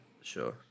sure